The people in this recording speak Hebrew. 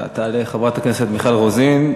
תעלה חברת הכנסת מיכל רוזין,